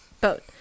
boat